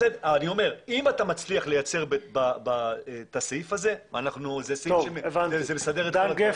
אם אתה מצליח לייצר את הסעיף הזה, זה מסדר.